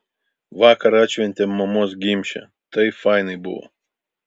vakar atšventėm mamos gimšę tai fainai buvo